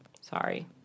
Sorry